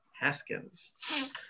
Haskins